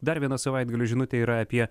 dar viena savaitgalio žinutė yra apie